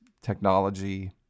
technology